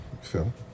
Phil